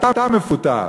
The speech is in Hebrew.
אתה מפוטר.